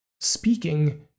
Speaking